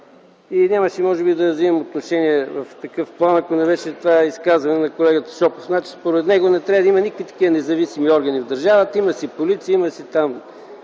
би нямаше да вземам отношение в такъв план, ако не беше това изказване на колегата Шопов. Според него не трябва да има никакви такива независими органи в държавата – има си полиция, има си